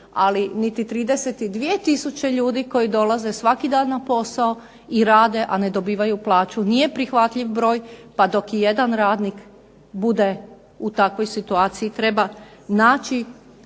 Ali niti 32000 ljudi koji dolaze svaki dan na posao i rade a ne dobivaju plaću nije prihvatljiv broj, pa dok i jedan radnik bude u takvoj situaciji treba naći